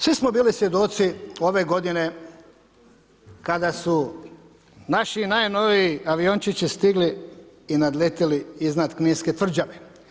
Svi smo bili svjedoci ove godine kada su naši najnoviji aviončići stigli i nadletjeli iznad Kninske tvrđave.